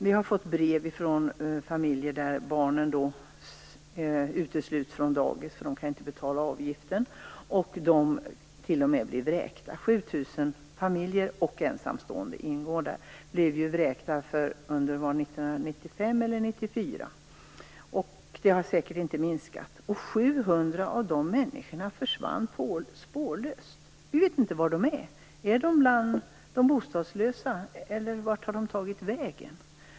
Vi har fått brev från familjer som har barn som utestängts från dagis därför att man inte kan betala avgiften. 7 000 personer eller 1994, och antalet har säkert inte minskat. 700 av dessa människor försvann spårlöst. Vi vet inte var de är, om de är bostadslösa eller vart de har tagit vägen.